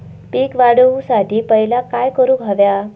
पीक वाढवुसाठी पहिला काय करूक हव्या?